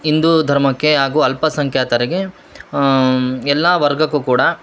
ಹಿಂದೂ ಧರ್ಮಕ್ಕೆ ಹಾಗೂ ಅಲ್ಪಸಂಖ್ಯಾತರಿಗೆ ಎಲ್ಲಾ ವರ್ಗಕ್ಕೂ ಕೂಡ